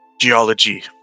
geology